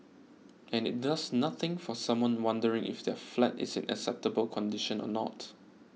and it does nothing for someone wondering if their flat is in acceptable condition or not